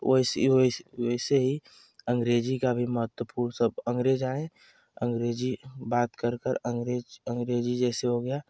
वैसी वैसे ही अंग्रेजी का भी महत्वपूर्ण सब अंग्रेज आए अंग्रेजी बात कर कर अंग्रेज अंग्रेजी जैसे हो गया